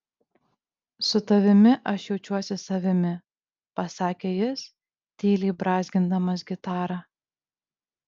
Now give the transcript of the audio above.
su tavimi aš jaučiuosi savimi pasakė jis tyliai brązgindamas gitarą